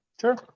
Sure